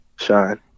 Shine